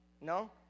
No